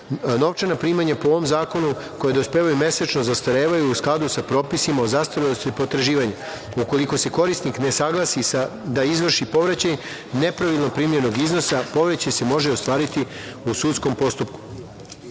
primanja po ovom zakonu, koja dospevaju mesečno, zastarevaju u skladu sa propisima o zastarelosti potraživanja. Ukoliko se korisnik ne saglasi da izvrši povraćaj nepravilno primljenog iznosa, povraćaj se može ostvariti u sudskom postupku. Odredbama